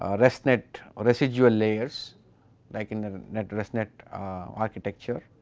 ah resnet residual layers like in the resnet architecture.